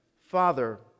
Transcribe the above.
Father